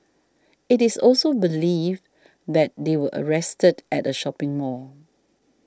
it is also believed that they were arrested at a shopping mall